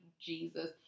Jesus